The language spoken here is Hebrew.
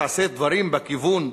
תעשה דברים בכיוון,